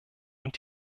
und